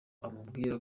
amubwira